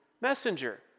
messenger